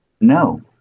no